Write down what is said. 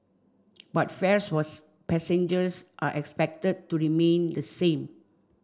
but fares was passengers are expected to remain the same